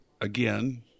again